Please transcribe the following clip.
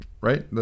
Right